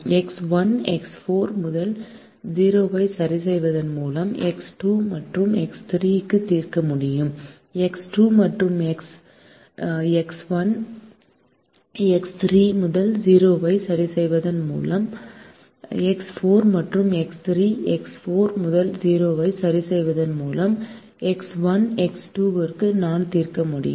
X 1 x 4 முதல் 0 ஐ சரிசெய்வதன் மூலம் எக்ஸ் 2 மற்றும் எக்ஸ் 3 க்கு தீர்க்க முடியும் எக்ஸ் 2 மற்றும் எக்ஸ் எக்ஸ் 1 எக்ஸ் 3 முதல் 0 ஐ சரிசெய்வதன் மூலம் எக்ஸ் 4 மற்றும் எக்ஸ் 3 எக்ஸ் 4 முதல் 0 ஐ சரிசெய்வதன் மூலம் எக்ஸ் 1 எக்ஸ் 2 க்கு நான் தீர்க்க முடியும்